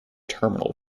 terminal